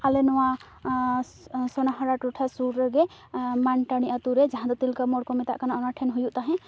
ᱟᱞᱮ ᱱᱚᱣᱟ ᱥᱚᱱᱟᱦᱟᱨᱟ ᱴᱚᱴᱷᱟ ᱥᱩᱨ ᱨᱮᱜᱮ ᱢᱟᱱᱴᱟᱬᱤ ᱟᱹᱛᱩᱨᱮ ᱡᱟᱦᱟ ᱫᱚ ᱛᱤᱞᱠᱟᱹ ᱢᱳᱲ ᱠᱚ ᱢᱮᱛᱟᱜ ᱠᱟᱱᱟ ᱚᱱᱟ ᱴᱷᱮᱱ ᱦᱩᱭᱩᱜ ᱛᱟᱦᱮᱸᱫ